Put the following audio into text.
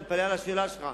אני מתפלא על השאלה שלך.